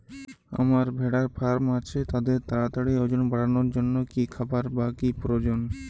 আমার ভেড়ার ফার্ম আছে তাদের তাড়াতাড়ি ওজন বাড়ানোর জন্য কী খাবার বা কী প্রয়োজন?